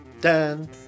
Dan